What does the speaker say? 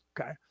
okay